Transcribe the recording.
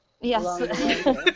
Yes